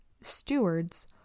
stewards